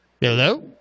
Hello